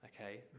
Okay